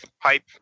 pipe